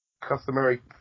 customary